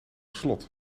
slot